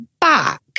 back